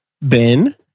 Ben